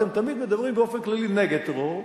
אתם תמיד מדברים באופן כללי נגד טרור,